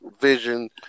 vision